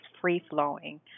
free-flowing